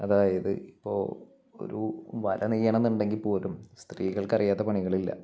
അതായത് ഇപ്പോൾ ഒരു വല നെയ്യണം എന്നുണ്ടെങ്കിൽ പോലും സ്ത്രീകൾക്കറിയാത്ത പണികളില്ല